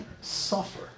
suffer